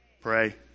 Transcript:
Pray